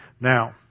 Now